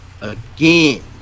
again